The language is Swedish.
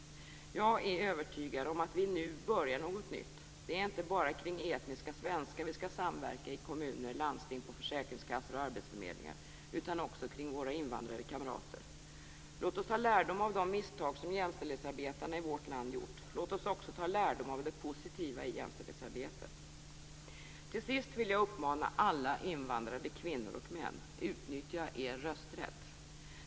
Jag är övertygad om att vi nu börjar något nytt. Det är inte bara kring etniska svenskar vi skall samverka i kommuner, landsting, på försäkringskassor och arbetsförmedlingar, utan också kring våra invandrade kamrater. Låt oss ta lärdom av de misstag som jämställdhetsarbetarna i vårt land har gjort, låt oss också ta lärdom av det positiva i jämställdhetsarbetet. Till sist vill jag uppmana alla invandrade kvinnor och män: Utnyttja er rösträtt!